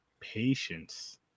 patience